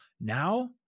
Now